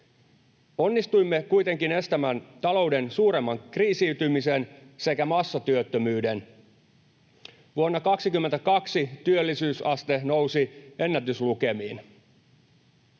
Onnistuimme kuitenkin estämään talouden suuremman kriisiytymisen sekä massatyöttömyyden. Vuonna 22 työllisyysaste nousi ennätyslukemiin.